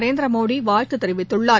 நரேந்திரமோடி வாழ்த்து தெரிவித்துள்ளார்